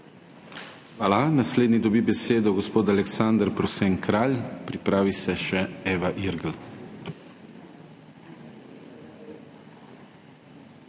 Hvala. Naslednji dobi besedo gospod Aleksander Prosen Kralj, pripravi se še Eva Irgl.